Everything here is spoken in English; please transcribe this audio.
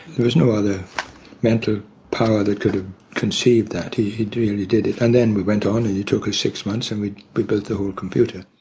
there was no other mental power that could have conceived that, he he really did it. and then we went on and it took us six months and we we built the whole computer.